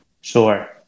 Sure